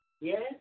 Yes